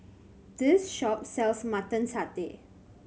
this shop sells Mutton Satay